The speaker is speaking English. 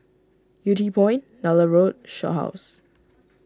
Yew Tee Point Nallur Road Shaw House